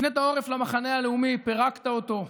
הפנית עורף למחנה הלאומי, פירקת אותו,